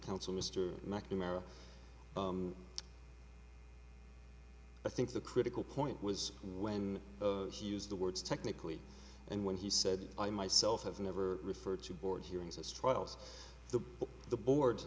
counsel mr mcnamara i think the critical point was when he used the words technically and when he said i myself have never referred to board hearings as trials the the board